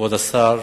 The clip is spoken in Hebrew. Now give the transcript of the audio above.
כבוד השר,